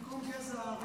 במקום הגזע הארי,